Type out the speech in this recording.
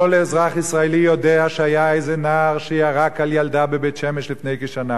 כל אזרח ישראלי יודע שהיה איזה נער שירק על ילדה בבית-שמש לפני כשנה,